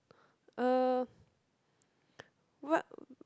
uh what